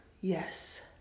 Yes